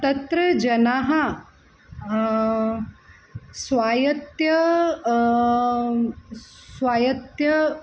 तत्र जनाः स्वायत्तं स्वायत्तं